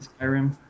Skyrim